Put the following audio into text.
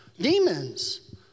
Demons